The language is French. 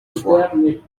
fois